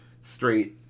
straight